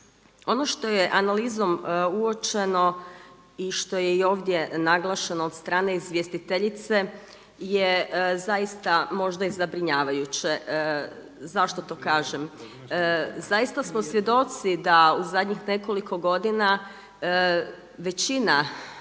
Ono što je analizom uočeno i što je i ovdje naglašeno od strane izvjestiteljice je zaista možda i zabrinjavajuće. Zašto to kažem? Zaista smo svjedoci da u zadnjih nekoliko godina većina